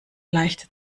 leicht